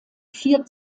vier